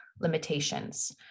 limitations